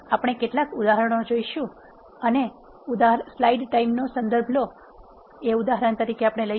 આપણે કેટલાક ઉદાહરણો જોશું અને ઉદાહરણ તરીકે લઈએ